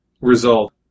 result